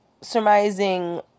surmising